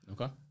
okay